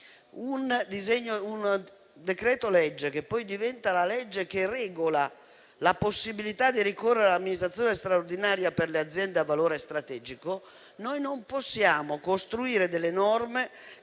un provvedimento che poi diventa la legge che regola la possibilità di ricorrere all'amministrazione straordinaria per le aziende a valore strategico, noi non possiamo costruire delle norme